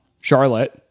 Charlotte